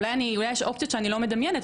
אולי יש אופציות שאני לא מדמיינת,